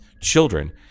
children